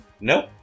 Nope